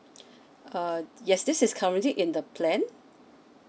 uh yes this is currently in the plan